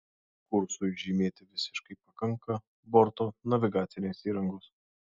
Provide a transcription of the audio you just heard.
kursui žymėti visiškai pakanka borto navigacinės įrangos